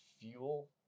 fuel